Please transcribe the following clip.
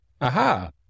Aha